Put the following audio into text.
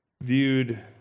viewed